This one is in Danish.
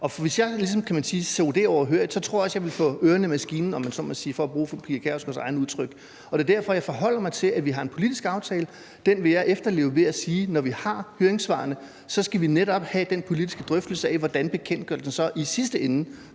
Og hvis jeg ligesom sad det overhørig, tror jeg også, at jeg ville få ørerne i maskinen, om man så må sige, for at bruge fru Pia Kjærsgaards eget udtryk. Det er derfor, jeg forholder mig til, at vi har en politisk aftale. Den vil jeg efterleve ved at sige, at når vi har høringssvarene, så skal vi netop have den politiske drøftelse af, hvordan bekendtgørelsen i sidste ende